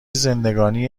زندگانی